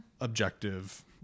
objective